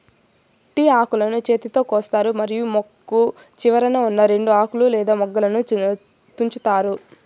tea ఆకులను చేతితో కోస్తారు మరియు మొక్క చివరన ఉన్నా రెండు ఆకులు లేదా మొగ్గలను తుంచుతారు